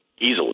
easily